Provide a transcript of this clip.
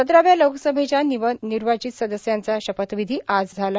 सतराव्या लोकसभेच्या नवनिर्वाचित सदस्यांचा शपथविधी आजही झाले